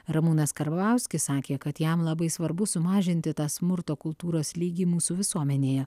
ramūnas karbauskis sakė kad jam labai svarbu sumažinti tą smurto kultūros lygį mūsų visuomenėje